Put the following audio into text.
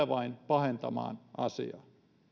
vain pahentamaan asiaa